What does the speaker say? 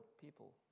people